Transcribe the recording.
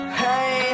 hey